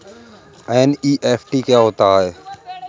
NEFT क्या होता है?